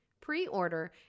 Pre-order